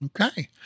Okay